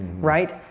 right?